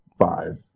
five